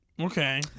Okay